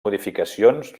modificacions